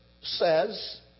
says